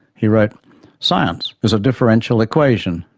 he wrote science is a differential equation.